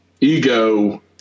Ego